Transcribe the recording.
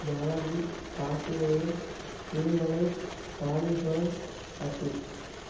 Balaji Karthikeyan Thirumalai Kaleeswaran Ashwin